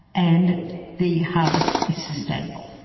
and the harvest is sustainable.